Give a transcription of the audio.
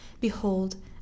Behold